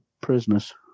Prisoners